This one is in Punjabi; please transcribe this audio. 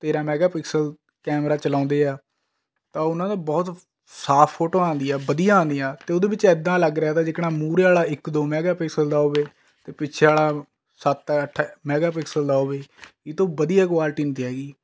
ਤੇਰਾਂ ਮੈਗਾਪਿਕਸਲ ਕੈਮਰਾ ਚਲਾਉਂਦੇ ਹੈ ਤਾਂ ਉਹਨਾਂ ਦਾ ਬਹੁਤ ਸਾਫ ਫੋਟੋ ਆਉਂਦੀ ਹੈ ਵਧੀਆ ਆਉਂਦੀਆਂ ਅਤੇ ਉਹਦੇ ਵਿੱਚ ਇੱਦਾਂ ਲੱਗ ਰਿਹਾ ਤਾ ਜਿੱਕਣਾ ਮੁਹਰੇ ਵਾਲਾ ਇੱਕ ਦੋ ਮੈਗਾਪਿਕਸਲ ਦਾ ਹੋਵੇ ਅਤੇ ਪਿੱਛੇ ਵਾਲਾ ਸੱਤ ਅੱਠ ਮੈਗਾਪਿਕਸਲ ਦਾ ਹੋਵੇ ਇਸ ਤੋਂ ਵਧੀਆ ਕੁਆਲਿਟੀ ਨਹੀਂ ਸੀ ਹੈਗੀ